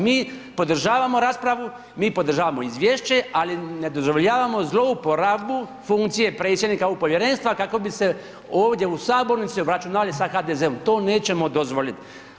Mi podržavamo raspravu, mi podržavamo izvješće, ali ne dozvoljavamo zlouporabu funkcije predsjednica ovog povjerenstva, kako bi se ovdje u sabornici, obračunali sa HDZ-om, to nećemo dozvoliti.